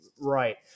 right